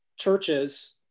churches